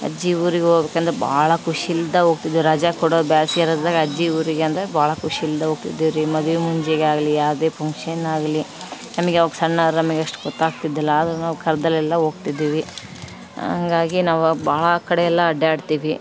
ಅಜ್ಜಿ ಊರಿಗೆ ಹೋಗ್ಬೇಕಂದ್ರೆ ಭಾಳ ಖುಷಿಯಿಲ್ದ ಹೋಗ್ತಿದ್ವಿ ರಜಾ ಕೊಡೊ ಬೇಸ್ಗೆ ರಜದಾಗ ಅಜ್ಜಿ ಊರಿಗೆ ಅಂದರೆ ಭಾಳ ಖುಷಿಯಿಂದ ಹೋಗ್ತಿದ್ವಿ ರೀ ಮದುವೆ ಮುಂಜಿಗಾಗಲಿ ಯಾವುದೇ ಫಂಕ್ಷನಾಗಲಿ ನಮಗೆ ಆವಾಗ ಸಣ್ಣರಮಿಗೆ ಎಷ್ಟು ಗೊತಾಗ್ತಿದ್ದಿಲ್ಲ ಆದರು ನಾವು ಕರ್ದಲೆಲ್ಲ ಹೋಗ್ತಿದ್ವಿ ಹಂಗಾಗಿ ನಾವು ಭಾಳಾ ಕಡೆಯಲ್ಲ ಅಡ್ಯಾಡ್ತಿವಿ